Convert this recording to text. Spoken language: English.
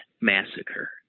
Massacre